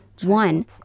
One